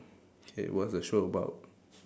K what's the show about